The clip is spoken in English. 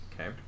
Okay